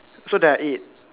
so there are eight